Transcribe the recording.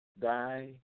die